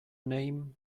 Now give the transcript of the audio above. name